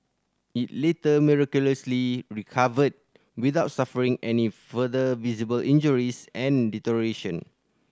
it later miraculously recovered without suffering any further visible injuries and deterioration